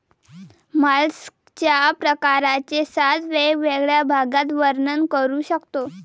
मॉलस्कच्या प्रकारांचे सात वेगवेगळ्या भागात वर्णन करू शकतो